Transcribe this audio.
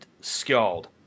Skald